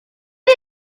est